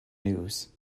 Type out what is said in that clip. news